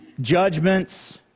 judgments